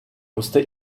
musste